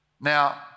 Now